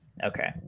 okay